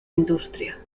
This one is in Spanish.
industria